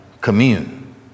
commune